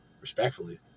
Respectfully